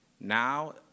Now